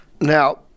Now